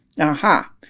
Aha